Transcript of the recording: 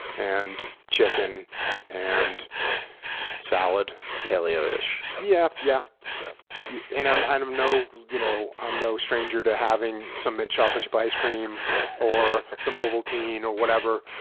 and chicken and salad. paleo-ish. yeah. yeah yeah and i'm i'm no you know um no stranger to having some mint chocolate chip ice cream or some ovaltine or whatever.